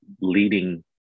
leading